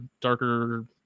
darker